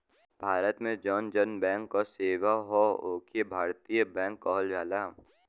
भारत में जौन जौन बैंक क सेवा हौ ओके भारतीय बैंक कहल जाला